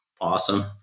awesome